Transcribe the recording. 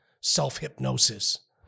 self-hypnosis